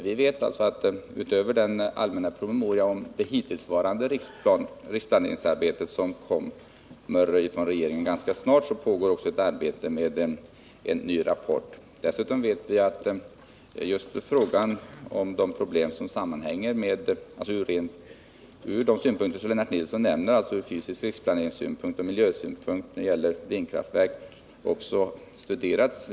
Vi vet att utöver den allmänna promemoria om det hittillsvarande riksplaneringsarbetet, som kommer från regeringen ganska snart, pågår också ett arbete med en ny rapport. Dessutom vet vi att just de problem som Lennart Nilsson nämner, nämligen fysisk riksplaneringssynpunkt och miljösynpunkt, har studerats också då det gäller vindkraftverk.